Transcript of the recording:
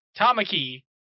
Tamaki